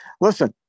Listen